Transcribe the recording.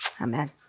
Amen